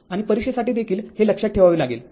आणि परीक्षेसाठी देखील हे लक्षात ठेवावे लागेल